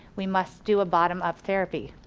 we must do a bottom-up therapy.